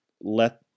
let